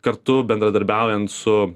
kartu bendradarbiaujant su